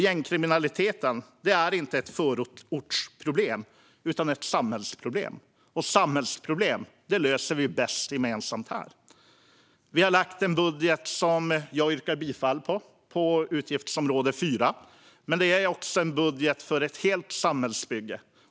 Gängkriminaliteten är inte ett förortsproblem utan ett samhällsproblem, och samhällsproblem löser vi bäst gemensamt här. Vi har lagt fram en budget för ett helt samhällsbygge. Jag yrkar bifall till utskottets förslag gällande utgiftsområde 4.